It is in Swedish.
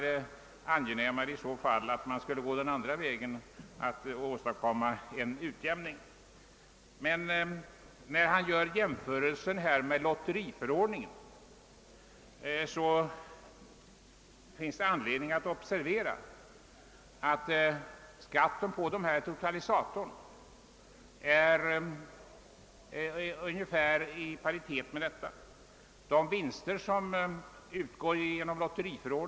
Det synes vara bättre att gå andra vägen för att åstadkomma en utjämning. Herr Werner gjorde också en jämförelse med lotteriförordningen, men det är anledning observera att skatten på totalisatorvinster befinner sig i ungefärlig paritet med skatten på lotterivinster.